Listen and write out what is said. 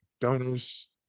donors